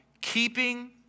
keeping